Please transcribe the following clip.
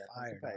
fire